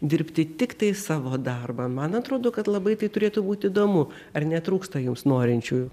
dirbti tiktai savo darbą man atrodo kad labai tai turėtų būt įdomu ar netrūksta jums norinčiųjų